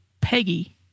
Peggy